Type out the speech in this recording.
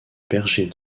berger